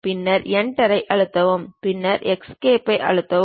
பின்னர் Enter ஐ அழுத்தவும் பின்னர் Escape ஐ அழுத்தவும்